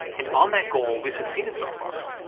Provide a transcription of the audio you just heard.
and on that goal we've succeeded so far.